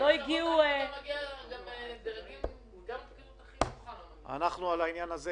שלא הגיעו --- אנחנו התרענו על העניין הזה.